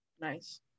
Nice